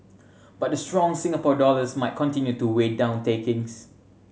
but the strong Singapore dollars might continue to weigh down takings